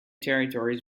territories